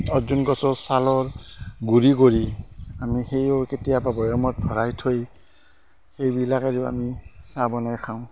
অৰ্জন গছৰ ছালৰ গুৰি কৰি আমি সেয়াইও কেতিয়াবা বয়ামত ভৰাই থৈ সেইবিলাকেৰেও আমি চাহ বনাই খাওঁ